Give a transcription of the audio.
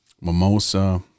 mimosa